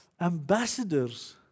ambassadors